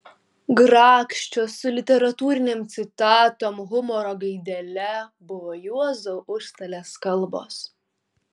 grakščios su literatūrinėm citatom humoro gaidele buvo juozo užstalės kalbos